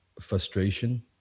Frustration